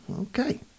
Okay